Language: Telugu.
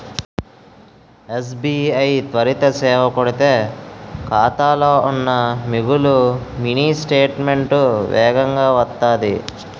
ఎస్.బి.ఐ త్వరిత సేవ కొడితే ఖాతాలో ఉన్న మిగులు మినీ స్టేట్మెంటు వేగంగా వత్తాది